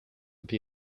the